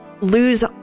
lose